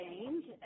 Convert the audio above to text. change